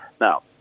Now